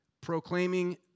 proclaiming